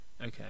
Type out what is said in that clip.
Okay